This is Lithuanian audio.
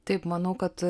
taip manau kad